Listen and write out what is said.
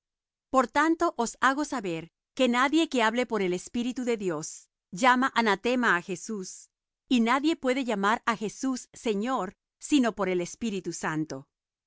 por tanto os hago saber que nadie que hable por espíritu de dios llama anatema á jesús y nadie puede llamar á jesús señor sino por espíritu santo